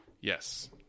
Yes